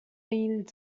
این